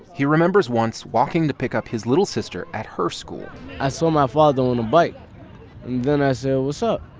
he remembers once walking to pick up his little sister at her school i saw my father on a bike. and then i so so